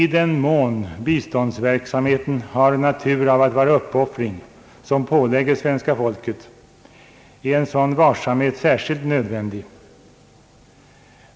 I den mån biståndsverksamheten har karaktär av uppoffring som pålägges svenska folket är en sådan varsamhet särskilt nödvändig.